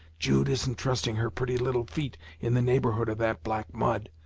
jude isn't trusting her pretty little feet in the neighborhood of that black mud.